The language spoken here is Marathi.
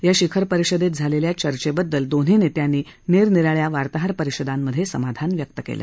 या शिखर परिषदेत झालेल्या चर्चेबद्दल दोन्ही नेत्यांनी निरनिराळ्या वार्ताहर परिषदांमधे समाधान व्यक्त केलं